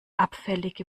abfällige